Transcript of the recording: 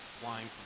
flying